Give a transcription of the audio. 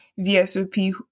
VSOP